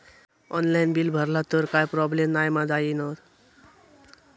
Online bill भरला तर काय प्रोब्लेम नाय मा जाईनत?